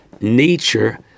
nature